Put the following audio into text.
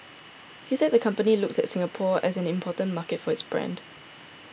he said the company looks at Singapore as an important market for its brand